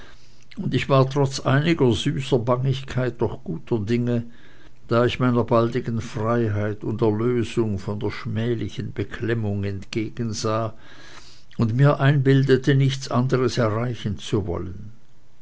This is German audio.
und ich war trotz einiger süßen bangigkeit doch guter dinge da ich meiner baldigen freiheit und erlösung von der schmählichen beklemmung entgegensah und mir einbildete nichts anderes erreichen zu wollen